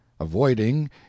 avoiding